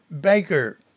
Baker